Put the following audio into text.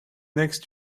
next